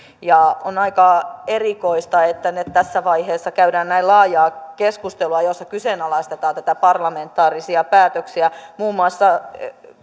on aika erikoista että tässä vaiheessa käydään näin laajaa keskustelua jossa kyseenalaistetaan näitä parlamentaarisia päätöksiä muun muassa